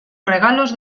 regalos